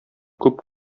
күп